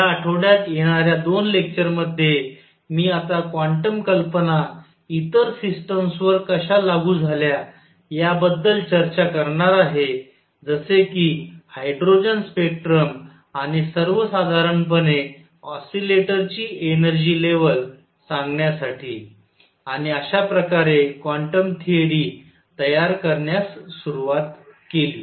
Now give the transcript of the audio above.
या आठवड्यात येणाऱ्या 2 लेक्चरमध्ये मी आता क्वांटम कल्पना इतर सिस्टम्सवर कशा लागू झाल्या याबद्दल चर्चा करणार आहे जसे कि हायड्रोजन स्पेक्ट्रम आणि सर्वसाधारणपणे ऑसीलेटरची एनर्जी लेवल सांगण्यासाठी आणि अश्या प्रकारे क्वांटम थिअरी तयार करण्यास सुरवात केली